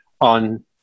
on